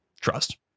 trust